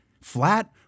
flat